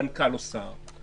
מנכ"ל או שר,